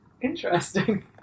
interesting